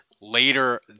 later